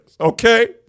okay